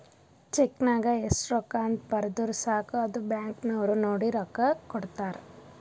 check ನಾಗ್ ಎಸ್ಟ್ ರೊಕ್ಕಾ ಅಂತ್ ಬರ್ದುರ್ ಸಾಕ ಅದು ಬ್ಯಾಂಕ್ ನವ್ರು ನೋಡಿ ರೊಕ್ಕಾ ಕೊಡ್ತಾರ್